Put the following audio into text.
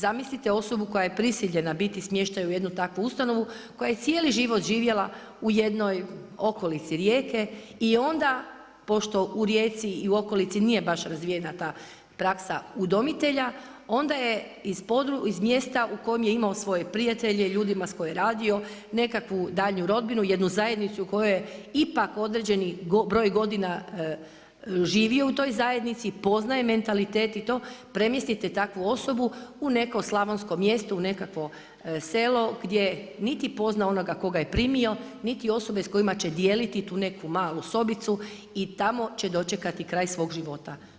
Zamislite osobu koja je prisiljena biti smještena u jednu takvu ustanovu koja je cijeli život živjela u jednoj okolici Rijeke pošto u Rijeci i u okolici nije baš razvijena ta praksa udomitelja, onda je iz mjesta u kojem je imao svoje prijatelje, ljudima s kojima je radio nekakvu daljnju rodbinu, jednu zajednicu u kojoj je ipak određeni broj godina živio u toj zajednici, poznaje mentalitet i to premjestite takvu osobu u neko slavonsko mjesto u nekakvo selo, gdje niti pozna onoga tko ga je primio, niti osobe s kojima će dijeliti tu neku malu sobicu i tamo će dočekati kraj svog života.